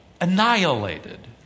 annihilated